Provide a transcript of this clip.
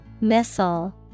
Missile